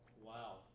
Wow